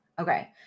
Okay